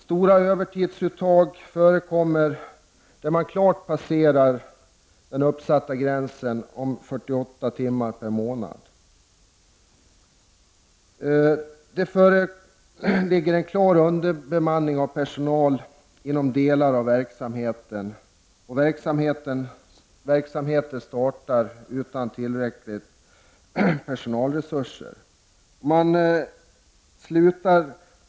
Stora övertidsuttag förekommer där man klart passerar den uppsatta gränsen på 48 timmar per månad. Det föreligger en klar underbemanning av personal inom delar av verksamheten. Verksamhet startar utan tillräckliga pesonalresurser.